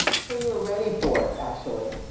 so, you were ready for it, actually,